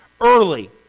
early